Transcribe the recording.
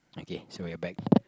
okay so we are back